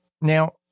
Now